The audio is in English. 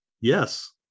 Yes